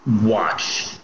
watch